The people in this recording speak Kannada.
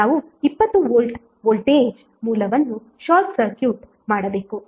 ನಾವು 20 ವೋಲ್ಟ್ ವೋಲ್ಟೇಜ್ ಮೂಲವನ್ನು ಶಾರ್ಟ್ ಸರ್ಕ್ಯೂಟ್ ಮಾಡಬೇಕು